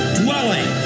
dwelling